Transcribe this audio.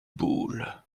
boules